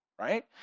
Right